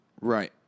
right